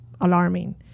alarming